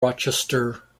rochester